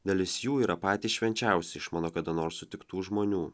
dalis jų yra patys švenčiausi iš mano kada nors sutiktų žmonių